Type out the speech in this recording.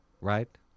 right